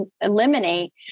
eliminate